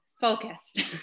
focused